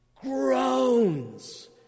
groans